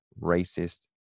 racist